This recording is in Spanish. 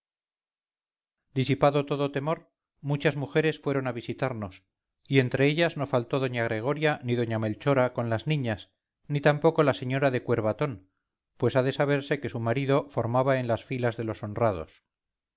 disipado todo temor muchas mujeres fueron a visitarnos y entre ellas no faltó doña gregoria ni doña melchora con las niñas ni tampoco la señora de cuervatón pues ha de saberse que su marido formaba en las filas de los honrados